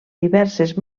diverses